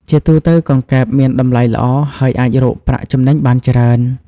ជាទូទៅ កង្កែបមានតម្លៃល្អ ហើយអាចរកប្រាក់ចំណេញបានច្រើន។